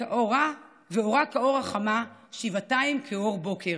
ואורה כאור החמה, שבעתיים כאור בוקר".